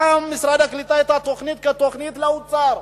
שם משרד הקליטה את התוכנית כתוכנית לאוצר.